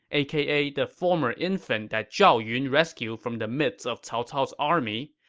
aka the former infant that zhao yun rescued from the midst of cao cao's army,